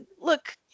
look